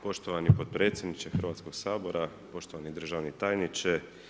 Poštovani potpredsjedniče Hrvatskog sabora, poštovani državni tajniče.